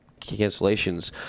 cancellations